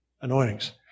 anointings